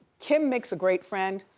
kim makes a great friend,